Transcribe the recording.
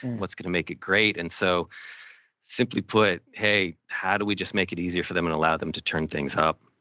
what's gonna make it great. and so simply put, hey, how do we just make it easier for them and allow them to turn things up.